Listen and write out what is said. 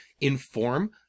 inform